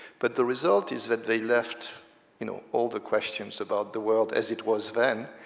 but the result is that they left you know all the questions about the world as it was then